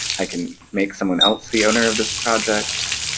i can make someone else the owner of this project.